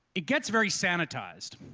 it gets very sanitized.